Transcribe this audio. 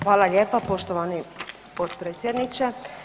Hvala lijepo poštovani potpredsjedniče.